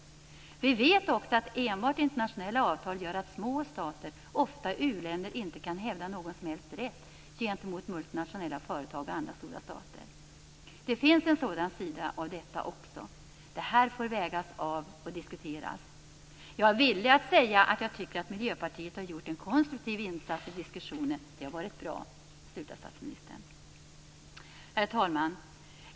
Vi vet också att enbart internationella avtal gör att små stater, ofta u-länder, inte kan hävda någon som helst rätt gentemot multinationella företag och andra stora stater. Det finns en sådan sida av detta också. Det här får vägas av och diskuteras. Jag är villig att säga att jag tycker att Miljöpartiet har gjort en konstruktiv insats i diskussionen. Det har varit bra, slutar statsministern. Herr talman!